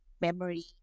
memory